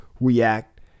react